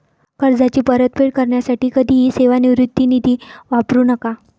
कर्जाची परतफेड करण्यासाठी कधीही सेवानिवृत्ती निधी वापरू नका